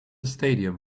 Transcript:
stadium